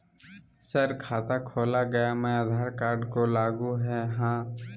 Sir खाता खोला गया मैं आधार कार्ड को लागू है हां?